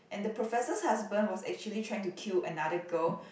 and the professor's husband was actually trying to kill another girl